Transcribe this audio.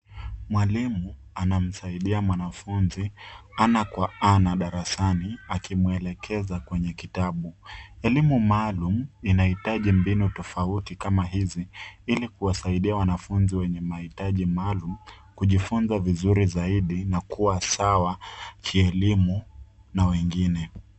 Mwalimu anamsaidia mwanafunzi ana kwa ana darasani akimwelekeza kwenye kitabu. Elimu maalum inahitaji mbinu tofauti kama hizi ili kuwasaidia wanafunzi wenye mahitaji maalum kujifunza vizuri zaidi na kuwa sawa kielimu na wengine